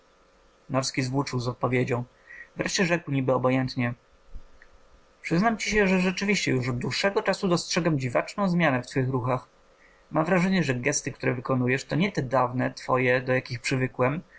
z odpowiedzią wreszcie rzekł niby obojętnie przyznam ci się że rzeczywiście już od dłuższego czasu dostrzegam dziwaczną zmianę w twych ruchach mam wrażenie że gesty które wykonujesz to nie te dawne twoje do jakich przywykłem